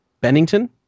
Bennington